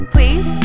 Please